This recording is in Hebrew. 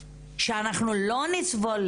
שאנחנו לא נסבול